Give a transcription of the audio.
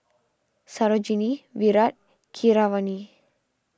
Sarojini Virat Keeravani